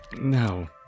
no